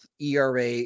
ERA